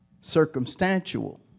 circumstantial